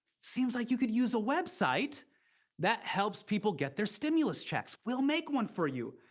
seems like you could use a website that helps people get their stimulus checks. we'll make one for you.